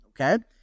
Okay